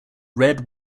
red